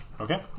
Okay